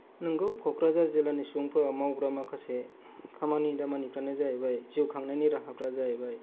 नोंगौ क'क्राझार जिल्लानि सुबुंफ्रा मावग्रा माखासे खामानि दामानिफ्रानो जाहैबाय जिउखांनायनि राहाफ्रा जाहैबाय